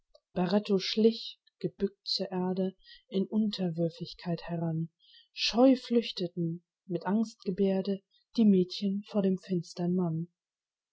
schlich gebückt zur erde in unterwürfigkeit heran scheu flüchteten mit angstgebärde die mädchen vor dem finstern mann